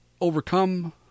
overcome